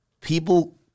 people